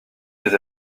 des